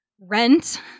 rent